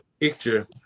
picture